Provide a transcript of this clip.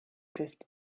drift